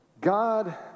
God